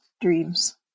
dreams